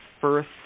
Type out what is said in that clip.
first